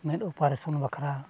ᱢᱮᱸᱫ ᱩᱯᱟᱨᱮᱥᱚᱱ ᱵᱟᱠᱷᱨᱟ